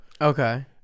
Okay